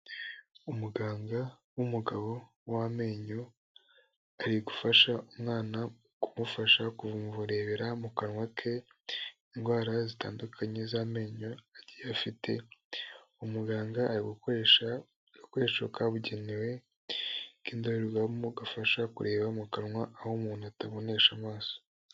Umuganga w'umugabo w'amenyo ari gufasha umwana kumufasha kumurebera mu kanwa ke indwara zitandukanye z'amenyo agiye afite, umuganga ari gukoresha agakoresho kabugenewe k'indorerwamo gafasha kureba mu kanwa aho umuntu atabonesha amaso.